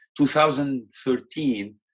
2013